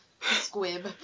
Squib